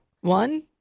One